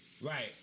Right